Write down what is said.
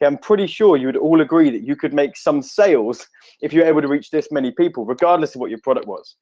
okay? i'm pretty sure you would all agree that you could make some sales if you're able to reach this many people regardless of what your product was